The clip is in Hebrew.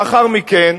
לאחר מכן,